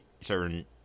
certain